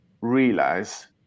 realize